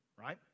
Right